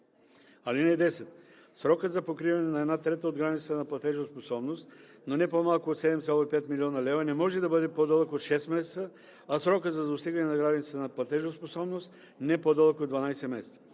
дни. (10) Срокът за покриване на една трета от границата на платежоспособност, но не по-малко от 7,5 млн. лв., не може да бъде по-дълъг от 6 месеца, а срокът за достигане на границата на платежоспособност – не по-дълъг от 12 месеца.